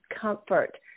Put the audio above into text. comfort